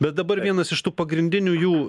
bet dabar vienas iš tų pagrindinių jų